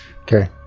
Okay